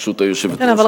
ברשות היושבת-ראש כמובן.